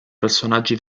personaggi